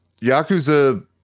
yakuza